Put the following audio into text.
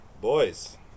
boys